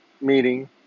meeting